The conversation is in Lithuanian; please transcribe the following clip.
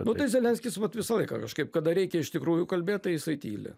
nu tai zelenskis vat visą laiką kažkaip kada reikia iš tikrųjų kalbėt tai jisai tyli